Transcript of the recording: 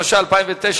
התש"ע 2009,